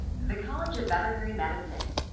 the college of veterinary medicine.